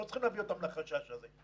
לא צריכים להביא אותם לחשש הזה,